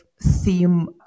theme